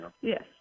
Yes